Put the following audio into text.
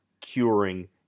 curing